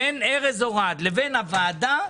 בין ארז אורעד לבין הוועדה,